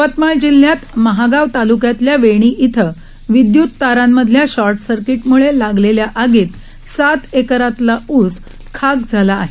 यवतमाळ जिल्ह्यात महागाव तालुक्यातल्या वेणी इथं विदयुत तारांमधल्या शॉट सर्किटमुळे लागलेल्या आगीत सात एकरातला ऊस खाक झाला आहे